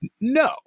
no